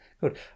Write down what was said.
good